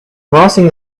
crossing